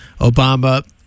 Obama